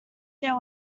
there